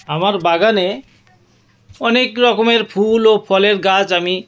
আমার বাগানে অনেক রকমের ফুল ও ফলের গাছ আমি